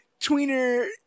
tweener